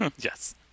Yes